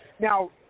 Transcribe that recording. Now